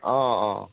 অঁ অঁ